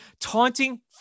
taunting